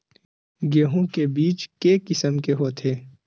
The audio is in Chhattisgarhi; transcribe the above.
गेहूं के बीज के किसम के होथे?